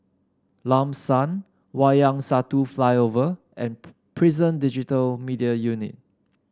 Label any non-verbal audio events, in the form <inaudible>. Lam San Wayang Satu Flyover and <unintelligible> Prison Digital Media Unit